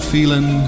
feeling